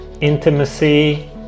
intimacy